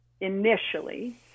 initially